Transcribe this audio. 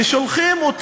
ושולחים את